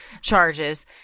charges